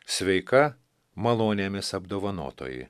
sveika malonėmis apdovanotoji